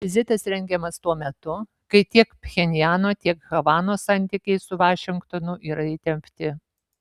vizitas rengiamas tuo metu kai tiek pchenjano tiek havanos santykiai su vašingtonu yra įtempti